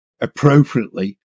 appropriately